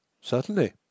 Certainly